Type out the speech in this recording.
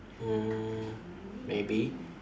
mm maybe